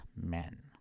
men